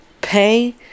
pay